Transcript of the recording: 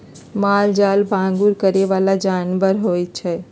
मालजाल पागुर करे बला जानवर होइ छइ